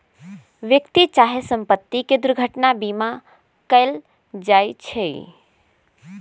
व्यक्ति चाहे संपत्ति के दुर्घटना बीमा कएल जाइ छइ